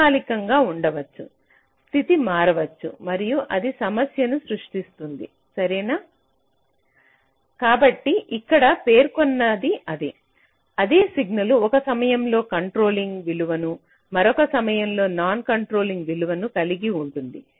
తాత్కాలికంగా ఉండవచ్చు స్థితి మారవచ్చు మరియు అది సమస్యను సృష్టిస్తుంది సరేనా కాబట్టి ఇక్కడ పేర్కొన్నది ఇదే అదే సిగ్నల్ ఒక సమయంలో కంట్రోలింగ్ విలువను మరియు మరొక సమయంలో నాన్ కంట్రోలింగ్ విలువను కలిగి ఉంటుంది